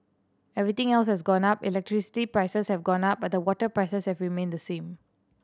everything else has gone up electricity prices have gone up but the water prices have remained the same